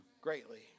greatly